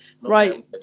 Right